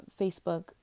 Facebook